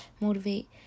motivate